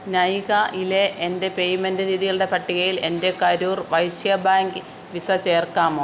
നൈകായിലെ എൻ്റെ പേയ്മെൻറ്റ് രീതികളുടെ പട്ടികയിൽ എൻ്റെ കരൂർ വൈശ്യാ ബാങ്ക് വിസ ചേർക്കാമോ